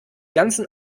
ganzen